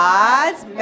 God's